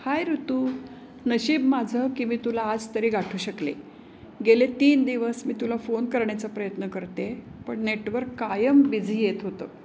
हाय ऋतू नशीब माझं की मी तुला आज तरी गाठू शकले गेले तीन दिवस मी तुला फोन करण्याचा प्रयत्न करते पण नेटवर्क कायम बिझी येत होतं